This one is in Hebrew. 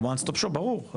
ב-"one stop shop" ברור.